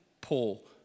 Paul